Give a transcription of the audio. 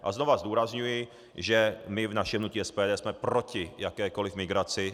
A znova zdůrazňuji, že my v našem hnutí SPD jsme proti jakékoliv migraci.